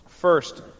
First